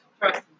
trust